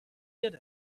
did